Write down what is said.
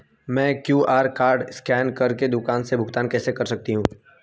मैं QR code scan कर के दुकान में भुगतान कैसे कर सकती हूँ?